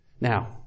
Now